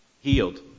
healed